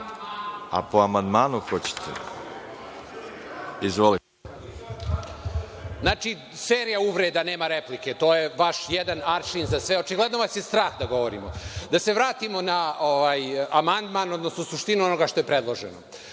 po amandmanu hoćete? Izvolite. **Saša Radulović** Znači, serija uvreda, nema replike to je vaš jedan aršin za sve. Očigledno vas je strah da govorimo. Da se vratimo na amandman, odnosno suštinu onoga što je predloženo.